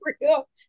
real